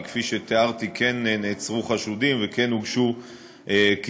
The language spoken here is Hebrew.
כי כפי שתיארתי כן נעצרו חשודים וכן הוגשו כתבי-אישום.